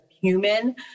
human